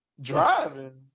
Driving